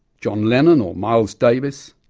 john lennon or miles davis,